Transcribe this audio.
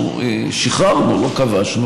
מאחר שאין כיבוש,